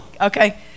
Okay